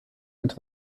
into